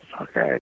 Okay